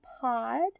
pod